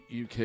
UK